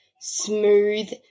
smooth